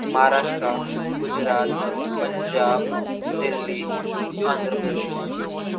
Maharashtra Gujarat Punjab Delhi Andhra Pradesh